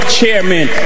chairman